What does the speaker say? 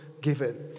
given